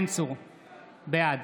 בעד